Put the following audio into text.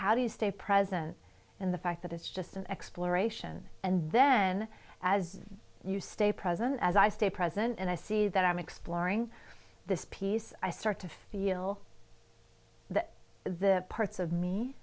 how do you stay present in the fact that it's just an exploration and then as you stay present as i stay present and i see that i'm exploring this piece i start to feel that the parts of me